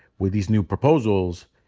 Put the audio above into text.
with these new proposals,